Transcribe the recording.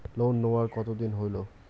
Loan নেওয়ার কতদিন হইল?